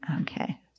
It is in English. Okay